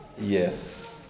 Yes